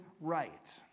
right